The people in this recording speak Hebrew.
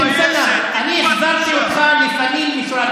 חבר הכנסת אמסלם, אני החזרתי אותך לפנים משורת